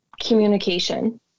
communication